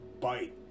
bite